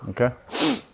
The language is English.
Okay